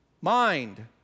mind